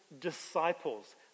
disciples